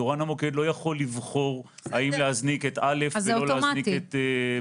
תורן המוקד לא יכול לבחור האם להזניק את א' ולא להזניק את ב'.